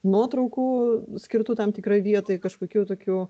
nuotraukų skirtų tam tikrai vietai kažkokių tokių